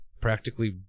practically